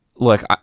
Look